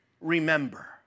remember